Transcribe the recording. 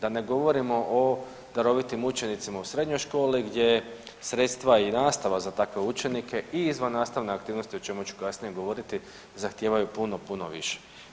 Da ne govorimo o darovitim učenicima u srednjoj školi gdje je sredstva i nastava za takve učenike i izvannastavne o čemu ću kasnije govoriti zahtijevaju puno, puno više.